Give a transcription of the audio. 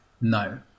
No